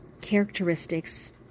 characteristics